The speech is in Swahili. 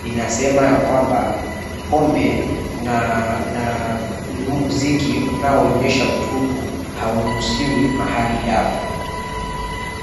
inasema ya kwamba, pombe na muziki unaoonyesha utupu hauruhusiwi mahali hapo.